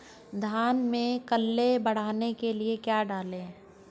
धान में कल्ले बढ़ाने के लिए क्या डालें?